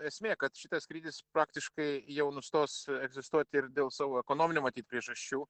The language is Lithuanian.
esmė kad šitas skrydis praktiškai jau nustos egzistuoti ir dėl savo ekonominių matyt priežasčių